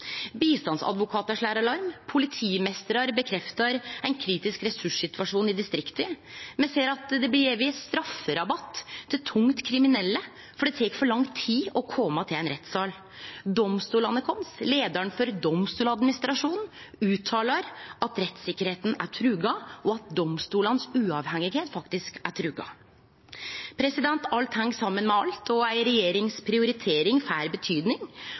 Bistandsadvokatar slår alarm. Politimeistrar stadfestar ein kritisk ressurssituasjon i distrikta. Me ser at det blir gjeve strafferabatt til tungt kriminelle, for det tek for lang tid å kome til ein rettssal. Domstolane våre, ved leiaren for Domstoladministrasjonen, uttalar at rettssikkerheita er truga, og at sjølvstendet til domstolane faktisk er truga. Alt heng saman med alt, og prioriteringane til ei regjering får